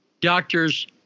doctors